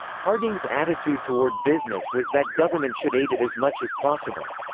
harding's attitude toward business was that government should aid it as much as possible.